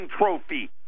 trophy